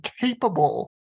capable